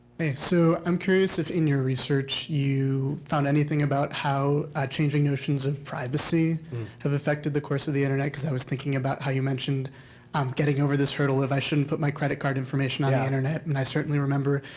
so i'm curious if in your research you found anything about how changing notions of privacy have affected the course of the internet. because i was thinking about how you mentioned um getting over this hurdle of i shouldn't put my credit card information on the internet. and i certainly remember,